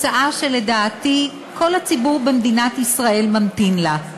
הצעה שלדעתי כל הציבור במדינת ישראל ממתין לה.